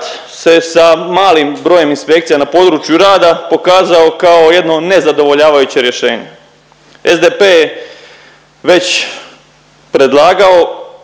se sa malim brojem inspekcija na području rada pokazao kao jedno nezadovoljavajuće rješenje. SDP je već predlagao,